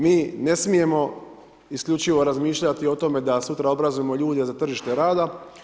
Mi ne smijemo isključivo razmišljati o tome da sutra obrazujemo ljude za tržište rada.